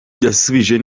yasubije